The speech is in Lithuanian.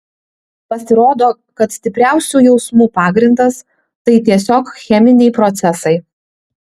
pasirodo kad stipriausių jausmų pagrindas tai tiesiog cheminiai procesai